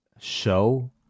show